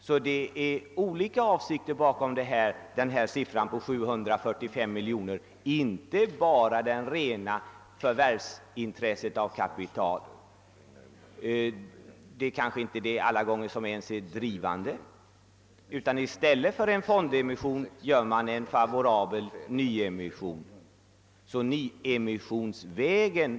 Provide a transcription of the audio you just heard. Det är sålunda olika avsikter bakom siffran 745 miljoner kronor, inte bara det rena intresset att förvärva kapital. Detta kanske inte ens alla gånger är den drivande faktorn, utan i stället för en fondemission gör man en favorabel nyemission.